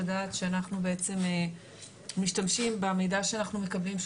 לדעת שאנחנו בעצם משתמשים במידע שאנחנו מקבלים,